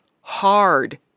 hard